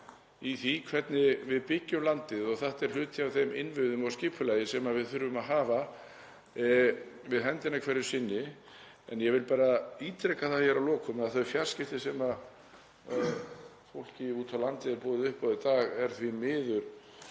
í því hvernig við byggjum landið og þetta er hluti af þeim innviðum og skipulagi sem við þurfum að hafa við höndina hverju sinni. Ég vil bara ítreka hér að lokum að þau fjarskipti sem fólki úti á landi er boðið upp á í dag eru því miður